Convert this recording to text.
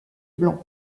blanc